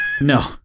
No